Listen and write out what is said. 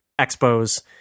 Expos